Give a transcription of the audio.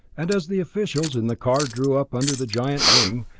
and as the officials in the car drew up under the giant wing,